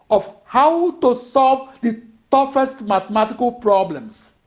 of how to solve the toughest mathematical problems